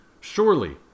Surely